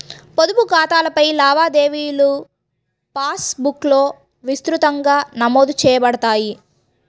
పొదుపు ఖాతాలపై లావాదేవీలుపాస్ బుక్లో విస్తృతంగా నమోదు చేయబడతాయి